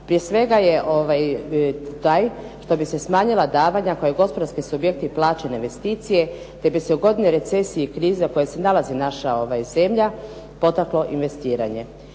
prije svega je taj što bi se smanjila davanja koje gospodarski subjekti …/Govornica se ne razumije./… investicije, te bi se u godini recesije i krize u kojoj se nalazi naša zemlja potaklo investiranje.